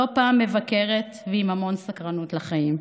לא פעם מבקרת, ועם המון סקרנות לחיים.